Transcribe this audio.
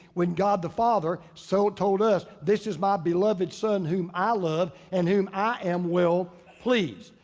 when god the father so told us, this is my beloved son, whom i love and whom i am will please.